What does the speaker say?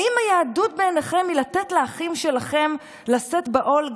האם היהדות בעיניכם לתת לאחים שלכם לשאת בעול,